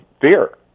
fear